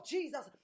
Jesus